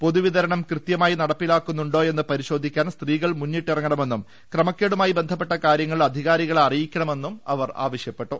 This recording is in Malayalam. പൊതുവിതരണം കൃത്യമായി നടപ്പിലാ ക്കുന്നതുണ്ടോയെന്ന് പരിശോധിക്കാൻ സ്ത്രീകൾ മുന്നിട്ടിറങ്ങണ മെന്നും ക്രമക്കേടുമായി ബന്ധപ്പെട്ട കാര്യങ്ങൾ അധികാരികളെ അറിയിക്കണമെന്നും അവർ ആവശ്യപ്പെട്ടു